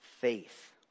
faith